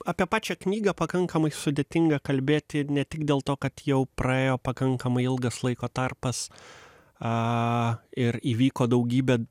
apie pačią knygą pakankamai sudėtinga kalbėti ne tik dėl to kad jau praėjo pakankamai ilgas laiko tarpas a ir įvyko daugybė